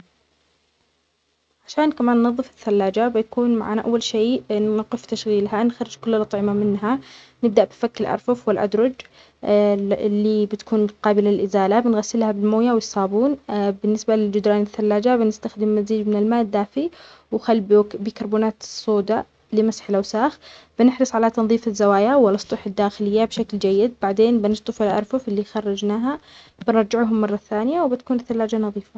عشان كمان نظف الثلاجة، بيكون معنا أول شي نوقف تشغيلها، نخرج كل الأطعمة منها. نبدأ بفك الأرفف والأدرج اللي بتكون قابلة لإزالة. بنغسلها بالموية والصابون. بالنسبة لجدران الثلاجة، بنستخدم مزيج من الماء الدافي وخلي بيكربونات الصودة لمسح الأوساخ. بنحرص على تنظيف الزوايا والاسطح الداخلية بشكل جيد. بعدين بنشطف الأرفف اللي خرجناها، بنرجعهم مرة ثانية وبتكون الثلاجة نظيفة.